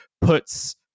puts